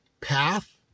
path